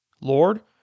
Lord